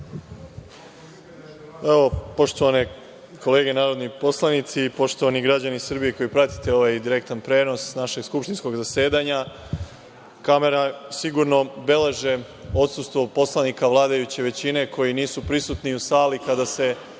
Poštovane kolege narodni poslanici, poštovani građani Srbije koji pratite ovaj direktan prenos našeg skupštinskog zasedanja, kamera sigurno beleži odsustvo poslanika vladajuće većine koji nisu prisutni u sali kada se